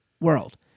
world